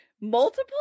multiple